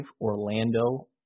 Orlando